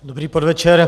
Dobrý podvečer.